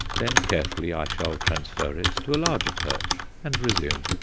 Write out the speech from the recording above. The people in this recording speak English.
then carefully i shall transfer it to a larger perch and resume.